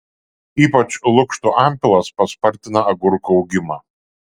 ypač lukštų antpilas paspartina agurkų augimą